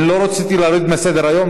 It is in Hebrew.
אני לא רציתי להוריד מסדר-היום.